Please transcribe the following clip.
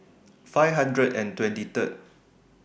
five hundred and twenty Third